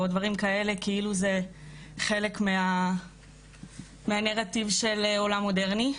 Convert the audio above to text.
דברים כאלה כאילו זה חלק מהנרטיב של עולם מודרני,